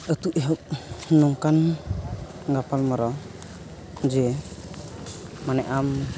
ᱟᱹᱛᱩ ᱮᱦᱚᱵ ᱱᱚᱝᱠᱟᱱ ᱜᱟᱯᱟᱞᱢᱟᱨᱟᱣ ᱡᱮ ᱢᱟᱱᱮ ᱟᱢ